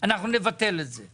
הגדרה אחרת תקפה ליתר